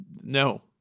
no